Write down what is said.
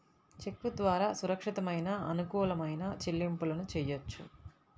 చెక్కు ద్వారా సురక్షితమైన, అనుకూలమైన చెల్లింపులను చెయ్యొచ్చు